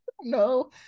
No